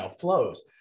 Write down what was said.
flows